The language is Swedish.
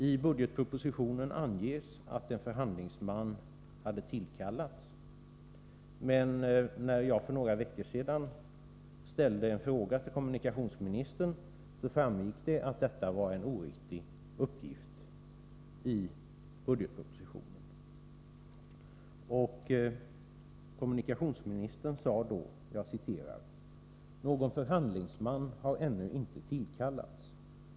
I budgetpropositionen anges att en förhandlingsman har tillkallats, men när jag för några veckor sedan ställde en fråga till kommunikationsministern framgick det att detta var en oriktig uppgift. Kommunikationsministern sade i den frågedebatten: ”Någon förhandlingsman har ännu inte tillkallats.